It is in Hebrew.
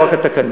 לא רק על תקנות,